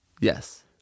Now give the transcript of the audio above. yes